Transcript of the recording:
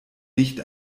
nicht